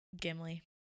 Gimli